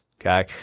okay